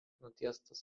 nutiestas